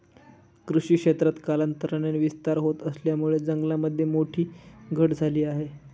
कृषी क्षेत्रात कालांतराने विस्तार होत असल्यामुळे जंगलामध्ये मोठी घट झाली आहे